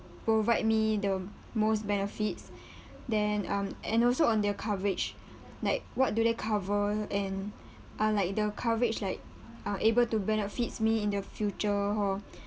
provide me the most benefits then um and also on their coverage like what do they cover and uh like the coverage like uh able to benefits me in the future or